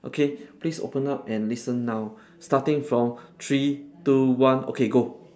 okay please open up and listen now starting from three two one okay go